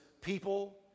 people